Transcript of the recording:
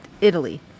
Italy